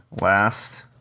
last